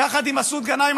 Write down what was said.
יחד עם מסעוד גנאים,